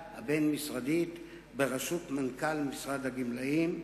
בראשות מנכ"ל משרד הגמלאים.